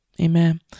Amen